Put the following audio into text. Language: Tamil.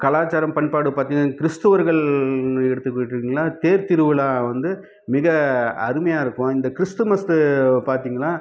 கலாச்சாரம் பண்பாடு பார்த்தின்னா கிருஸ்தவர்கள் எடுத்துக்கிட்டீங்கன்னால் தேர்த்திருவிழா வந்து மிக அருமையாக இருக்கும் இந்த கிருஸ்துமஸ்ஸு பார்த்திங்கன்னா